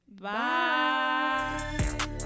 Bye